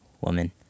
woman